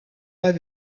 pas